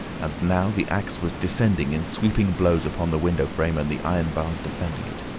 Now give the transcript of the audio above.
and now the axe was descending in sweeping blows upon the window frame and the iron bars defending it.